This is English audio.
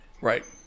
Right